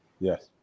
Yes